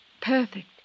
Perfect